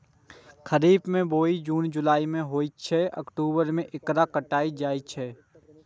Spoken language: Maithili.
खरीफ के बुआई जुन जुलाई मे होइ छै आ अक्टूबर मे एकरा काटल जाइ छै